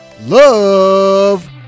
love